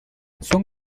son